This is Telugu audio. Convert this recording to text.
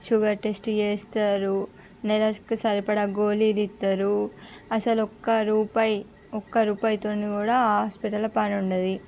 షుగర్ టెస్ట్ చేస్తారు నెలకు సరిపడా గోళీలు ఇస్తారు అసలు ఒక్క రూపాయి ఒక్క రూపాయి తోటి కూడా హాస్పిటల్లో పని ఉండదు